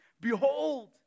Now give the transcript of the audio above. Behold